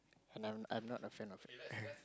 and I'm not a fan of